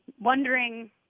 wondering